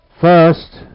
first